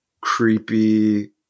creepy